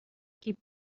keep